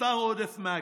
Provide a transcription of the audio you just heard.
נותר היום עודף מהכסף.